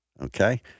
Okay